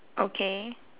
okay